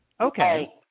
Okay